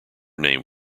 name